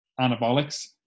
anabolics